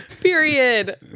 Period